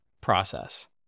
process